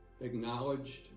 acknowledged